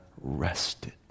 rested